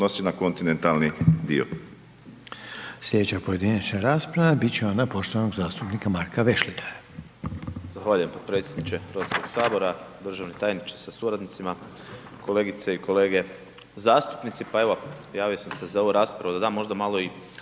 na kontinentalni dio.